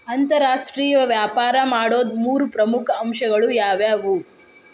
ಅಂತರಾಷ್ಟ್ರೇಯ ವ್ಯಾಪಾರ ಮಾಡೋದ್ ಮೂರ್ ಪ್ರಮುಖ ಅಂಶಗಳು ಯಾವ್ಯಾವು?